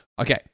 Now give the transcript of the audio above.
Okay